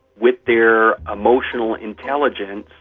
with their emotional intelligence,